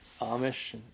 Amish